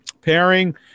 pairing